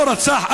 לא רצח,